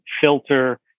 filter